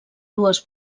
dues